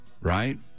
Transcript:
right